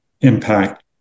Impact